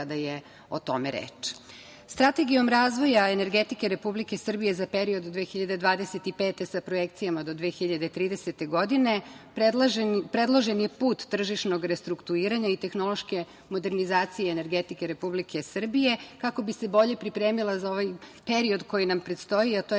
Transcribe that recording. kada je o tome reč. Strategijom razvoja energetike Republike Srbije za period 2025. godine sa projekcijama do 2030. godine predložen je put tržišnog restrukturiranja i tehnološke modernizacije energetike Republike Srbije, kako bi se bolje pripremila za ovaj period koji nam predstoji, a to je